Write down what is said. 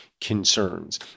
concerns